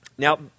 Now